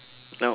nope